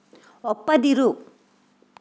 ಒಪ್ಪದಿರು